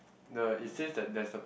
the it says that that's a